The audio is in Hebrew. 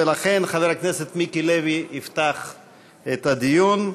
לכן חבר הכנסת מיקי לוי יפתח את הדיון.